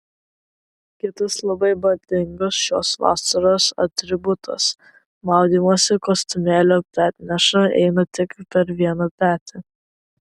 kitas labai madingas šios vasaros atributas maudymosi kostiumėlio petneša eina tik per vieną petį